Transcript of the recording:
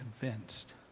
convinced